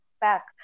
back